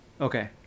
okay